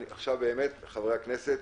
נעבור לחברי הכנסת.